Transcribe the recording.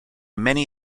many